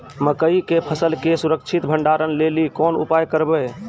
मकई के फसल के सुरक्षित भंडारण लेली कोंन उपाय करबै?